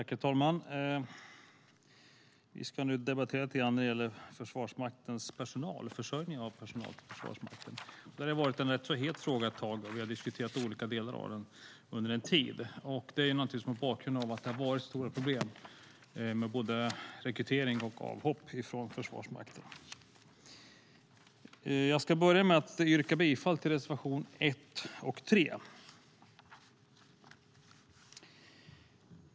Herr talman! Vi ska nu debattera lite grann när det gäller försörjning av personal till Försvarsmakten. Det har varit en rätt het fråga ett tag, och vi har diskuterat olika delar av den under en tid. Det är naturligtvis mot bakgrund av att det har varit stora problem med både rekrytering och avhopp från Försvarsmakten. Jag ska börja med att yrka bifall till reservationerna 1 och 3.